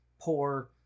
poor